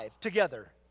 together